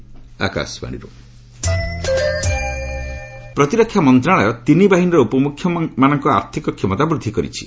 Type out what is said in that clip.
defence power ପ୍ରତିରକ୍ଷା ମନ୍ତ୍ରଣାଳୟ ତିନି ବାହିନୀର ଉପମୁଖ୍ୟମାନଙ୍କ ଆର୍ଥକ କ୍ଷମତା ବୃଦ୍ଧି କରିଛି